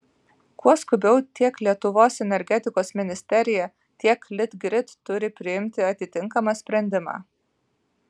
kuo skubiau tiek lietuvos energetikos ministerija tiek litgrid turi priimti atitinkamą sprendimą